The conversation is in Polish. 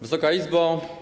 Wysoka Izbo!